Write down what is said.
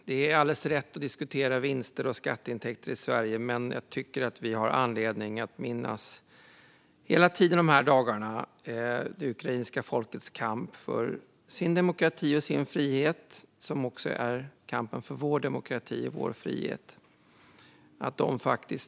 Det är alldeles rätt att diskutera vinster och skatteintäkter i Sverige, men jag tycker att vi hela tiden dessa dagar har anledning att minnas det ukrainska folkets kamp för sin demokrati och sin frihet, som också är en kamp för vår demokrati och vår frihet.